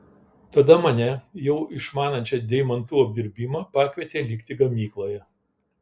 tada mane jau išmanančią deimantų apdirbimą pakvietė likti gamykloje